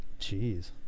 Jeez